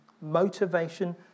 motivation